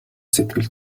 сэтгэл